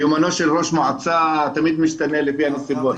יומנו של ראש מועצה תמיד משתנה לפי הנסיבות.